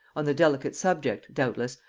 on the delicate subject, doubtless,